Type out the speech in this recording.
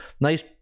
nice